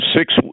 six